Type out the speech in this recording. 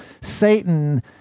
Satan